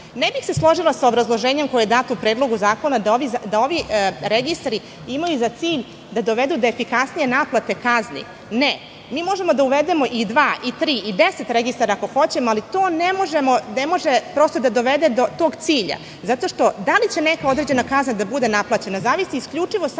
bih se složila sa obrazloženjem koje je dato u Predlogu zakona da ovi registri imaju za cilj da dovedu do efikasnije naplate kazni. Ne, mi možemo da uvedemo i dva i tri i deset registara, ako hoćemo, ali to ne može prosto da dovede do tog cilja, jer da li će neka određena kazna da bude naplaćena zavisi isključivo samo